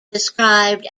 described